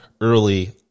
early